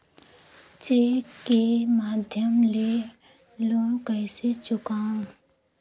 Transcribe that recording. Cheque के माध्यम ले लोन कइसे चुकांव?